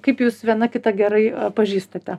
kaip jūs viena kitą gerai pažįstate